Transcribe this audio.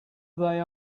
they